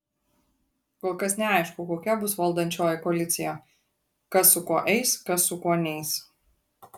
kol kas neaišku kokia bus valdančioji koalicija kas su kuo eis kas su kuo neis